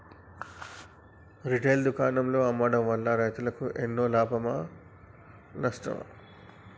Retail దుకాణాల్లో అమ్మడం వల్ల రైతులకు ఎన్నో లాభమా నష్టమా?